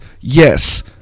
yes